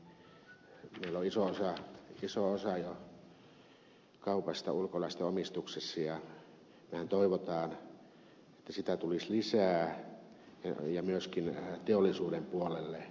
meillä on iso osa jo kaupasta ulkolaisten omistuksessa ja mehän toivomme että sitä tulisi lisää ja myöskin teollisuuden puolelle